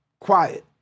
quiet